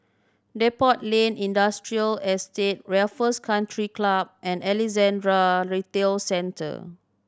Depot Lane Industrial Estate Raffles Country Club and Alexandra Retail Centre